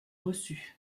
reçu